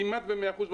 כמעט ב-100% במחיר.